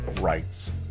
rights